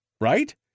Right